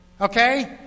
okay